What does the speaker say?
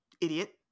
Idiot